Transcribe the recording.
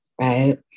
right